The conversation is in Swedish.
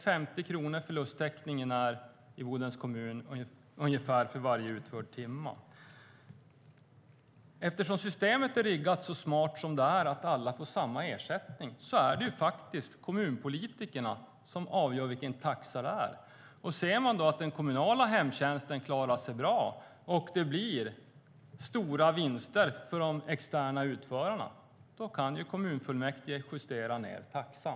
Förlusttäckningen i Bodens kommun är ungefär 50 kronor per utförd timme. Eftersom systemet är riggat så smart att alla får samma ersättning är det kommunpolitikerna som avgör vilken taxa det är. Ser de att den kommunala hemtjänsten klarar sig bra och att det blir stora vinster för de externa utförarna kan kommunfullmäktige justera ned taxan.